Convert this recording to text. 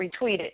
retweeted